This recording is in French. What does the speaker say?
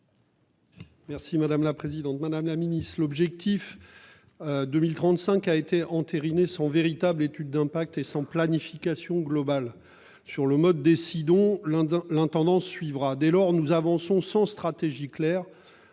Merci madame la présidente, madame la Ministre, l'objectif. 2035 a été entériné son véritable étude d'impact et sans planification globale sur le mode décidons l'un dans l'intendance suivra. Dès lors nous avançons sans stratégie claire